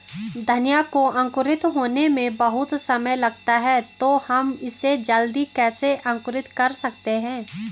धनिया को अंकुरित होने में बहुत समय लगता है तो हम इसे जल्दी कैसे अंकुरित कर सकते हैं?